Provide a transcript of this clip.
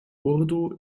urdu